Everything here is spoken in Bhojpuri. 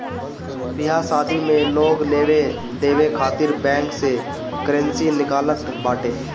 बियाह शादी में लोग लेवे देवे खातिर बैंक से करेंसी निकालत बाटे